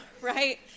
right